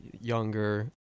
younger